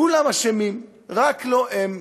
כולם אשמים, רק לא הם.